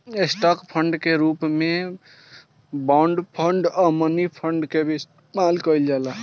stock fund के रूप में बॉन्ड फंड आ मनी फंड के भी इस्तमाल कईल जाला